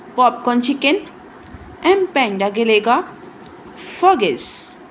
popcorn chicken ਐਮ ਪੈਂਡਾਗੀਲੇਗਾ ਫਗੇਜ਼